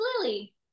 Lily